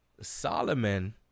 Solomon